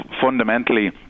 fundamentally